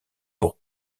pour